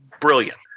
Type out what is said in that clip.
Brilliant